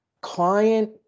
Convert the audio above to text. client